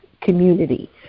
community